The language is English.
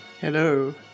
Hello